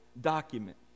document